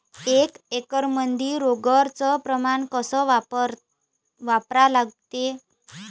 एक एकरमंदी रोगर च प्रमान कस वापरा लागते?